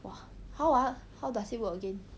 !wah! how ah how does it work again